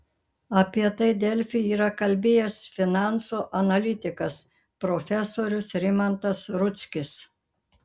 apie tai delfi yra kalbėjęs finansų analitikas profesorius rimantas rudzkis